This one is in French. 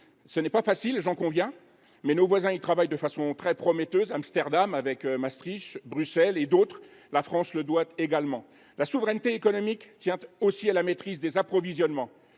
Ce n’est pas facile, j’en conviens, mais nos voisins travaillent de façon très prometteuse. Je pense à Amsterdam, avec Maastricht, à Bruxelles et à d’autres. La France doit faire de même. La souveraineté économique tient aussi à la maîtrise des approvisionnements